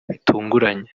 bitunguranye